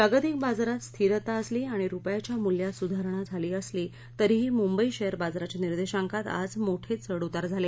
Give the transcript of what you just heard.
जागतिक बाजारात स्थिरता असली आणि रुपयाच्या मुल्यात सुधारणी झाली असली तरीही मुंबई शेअर बाजराच्या निर्देशांकात आज मोठे चढउतार झाले